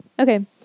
Okay